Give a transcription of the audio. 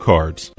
Cards